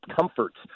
comforts